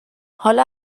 حالا